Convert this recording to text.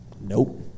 Nope